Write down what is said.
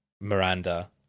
miranda